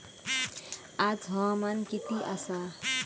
आज हवामान किती आसा?